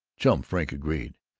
chum frink agreed,